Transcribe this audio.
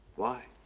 why?